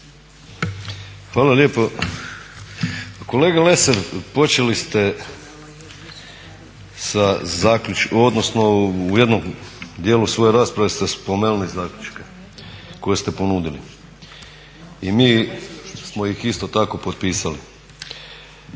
Hvala lijepo. Pa kolega Lesar počeli ste, odnosno u jednom dijelu svoje rasprave ste spomenuli zaključke koje ste ponudili. I mi smo ih isto tako potpisali.